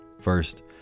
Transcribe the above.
first